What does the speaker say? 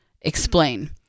Explain